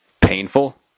Painful